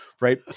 right